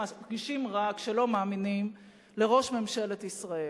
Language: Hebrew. מרגישים רע כשלא מאמינים לראש ממשלת ישראל.